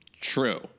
True